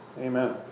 Amen